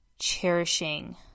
cherishing